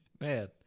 Man